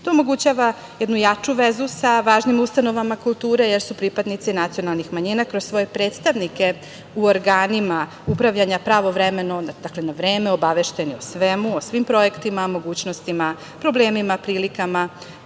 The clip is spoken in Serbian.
To omogućava jednu jaču vezu sa važnim ustanovama kulture, jer su pripadnici nacionalnih manjina kroz svoje predstavnike u organima upravljanja pravovremeno, dakle na vreme, obavešteni o svemu, o svim projektima, mogućnostima, problemima prilikama,